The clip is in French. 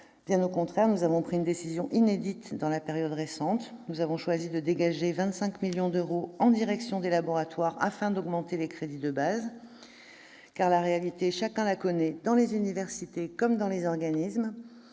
Bien au contraire, nous avons pris une décision inédite dans la période récente : nous avons choisi de dégager quelque 25 millions d'euros en direction des laboratoires, afin d'augmenter les crédits de base. En effet, chacun connaît la réalité, dans les universités comme dans les organismes